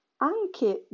anche